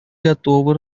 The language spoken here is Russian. готовы